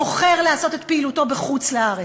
בוחר לעשות את פעילותו בחוץ-לארץ,